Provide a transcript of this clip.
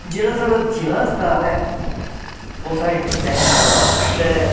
जेह्ड़ा साढ़ा जिला अस्पताल ऐ ओह् साढ़ी डिस्पैंसरी कोला बड़ा अच्छा ऐ